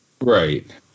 right